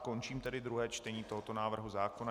Končím tedy druhé čtení tohoto návrhu zákona.